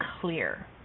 clear